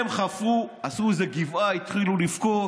הם חפרו, עשו איזו גבעה, התחילו לבכות.